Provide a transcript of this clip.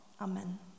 Amen